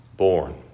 born